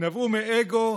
נבעו מאגו,